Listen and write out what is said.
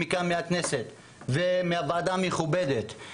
הכנסת והוועדה המכובדת,